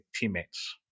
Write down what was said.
teammates